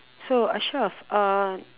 so ashraf